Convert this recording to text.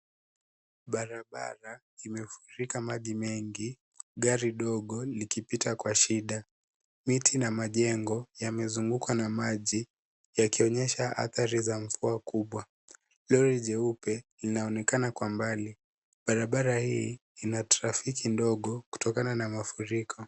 Barabara imefurika maji mengi, gari ndogo likipita kwa shida. Miti na majengo yamezungukwa na maji yakionyesha adhari za mvua kubwa. Lori jeupe linaonekana kwa mbali. Barabara hii inatrafiki ndogo kutokana na mafuriko.